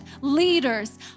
leaders